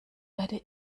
werde